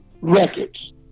records